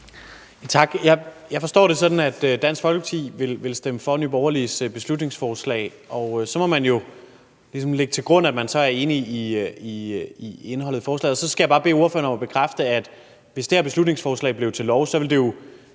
Tak. Jeg forstår det sådan, at Dansk Folkeparti vil stemme for Nye Borgerliges beslutningsforslag, og så må man jo ligesom lægge til grund, at man så er enig i indholdet i forslaget. Så skal jeg bare bede ordføreren om at bekræfte, at det, hvis det her beslutningsforslag bliver til lov, jo så bl.a.